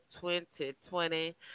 2020